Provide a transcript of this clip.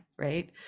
Right